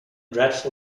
dreadful